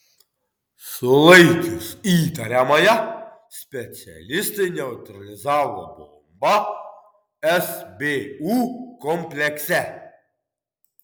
sulaikius įtariamąją specialistai neutralizavo bombą sbu komplekse